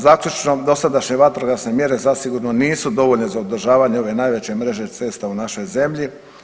Zaključno, dosadašnje vatrogasne mjere zasigurno nisu dovoljne za održavanje ove najveće mreže cesta u našoj zemlji.